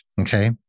Okay